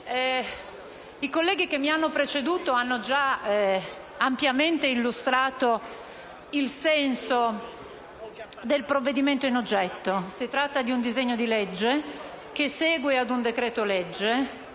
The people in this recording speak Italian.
i colleghi che mi hanno preceduto hanno già ampiamente illustrato il senso del provvedimento in oggetto: si tratta di un disegno di legge che segue il decreto-legge